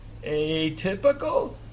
Atypical